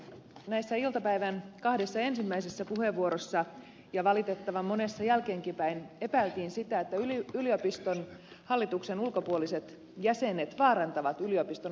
näissä iltapäivän kahdessa ensimmäisessä puheenvuorossa ja valitettavan monessa jälkeenpäinkin epäiltiin sitä että yliopiston hallituksen ulkopuoliset jäsenet vaarantavat yliopiston autonomian